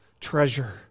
treasure